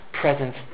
presence